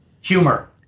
Humor